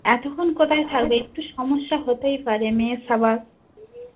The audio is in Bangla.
এতক্ষণ কোথায় থাকবে একটু সমস্যা হতেই পারে মেয়ে সবার